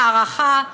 הערכה,